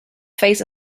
phase